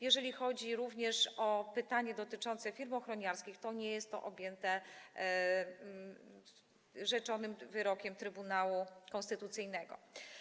Jeżeli chodzi z kolei o pytanie dotyczące firm ochroniarskich, to nie jest to objęte rzeczonym wyrokiem Trybunału Konstytucyjnego.